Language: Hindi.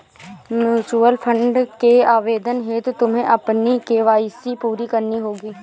म्यूचूअल फंड के आवेदन हेतु तुम्हें अपनी के.वाई.सी पूरी करनी होगी